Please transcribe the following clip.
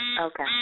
Okay